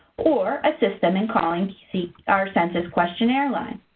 or assist them in calling our census questionnaire line.